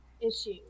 issue